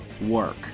work